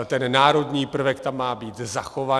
Ten národní prvek tam má být zachovaný.